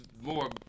more